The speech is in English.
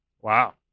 wow